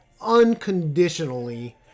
unconditionally